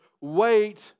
Wait